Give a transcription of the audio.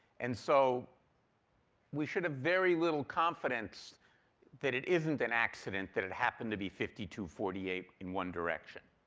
and so we should have very little confidence that it isn't an accident that it happened to be fifty two forty eight in one direction.